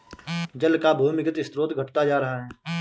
जल का भूमिगत स्रोत घटता जा रहा है